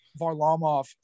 Varlamov